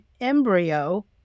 embryo